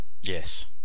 Yes